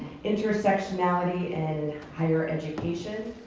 intersectionality and higher education.